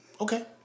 Okay